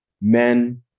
men